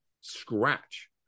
scratch